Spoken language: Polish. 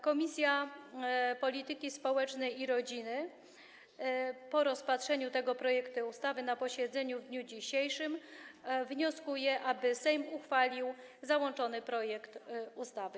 Komisja Polityki Społecznej i Rodziny po rozpatrzeniu tego projektu ustawy na posiedzeniu w dniu dzisiejszym wnosi, aby Sejm uchwalił załączony projekt ustawy.